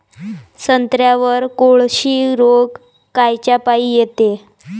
संत्र्यावर कोळशी रोग कायच्यापाई येते?